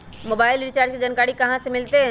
Mobile recharge के जानकारी कहा से मिलतै?